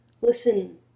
Listen